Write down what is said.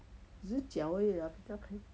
只是搅而已不要看 lah